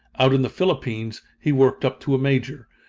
out in the philippines he worked up to a major.